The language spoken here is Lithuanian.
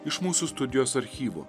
iš mūsų studijos archyvo